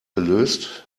gelöst